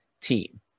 team